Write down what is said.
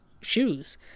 shoes